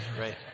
right